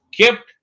kept